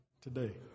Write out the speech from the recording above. today